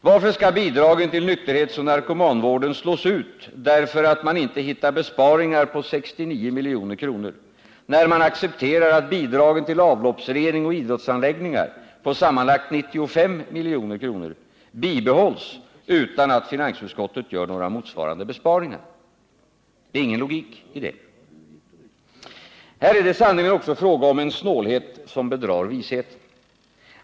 Varför skall bidragen till nykterhetsoch narkomanvården slås ut, därför att man inte hittar besparingar på 69 milj.kr., när man accepterar att bidragen till avloppsrening och idrottsanläggningar — på sammanlagt 95 milj.kr. — bibehålls utan att finansutskottet gör några motsvarande besparingar? Det är ingen logik i detta. Här är det sannerligen också fråga om en snålhet som bedrar visheten.